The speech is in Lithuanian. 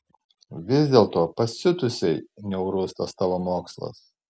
vis dėlto pasiutusiai niaurus tas tavo mokslas